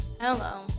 Hello